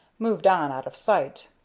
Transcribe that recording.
moved on out of sight.